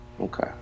Okay